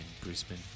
Brisbane